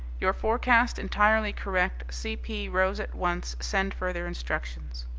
your forecast entirely correct c. p. rose at once send further instructions.